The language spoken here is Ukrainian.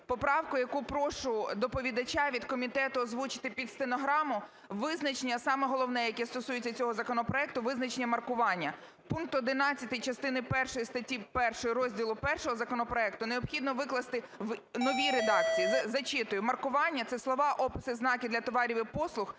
поправку, яку прошу доповідача від комітету озвучити під стенограму, визначення, саме головне, яке стосується цього законопроекту, визначення маркування. Пункт 11 частини першої статті 1 розділу І законопроекту необхідно викласти в новій редакції. Зачитую. "Маркування – це слова, описи, знаки для товарів і послуг,